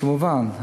כמובן.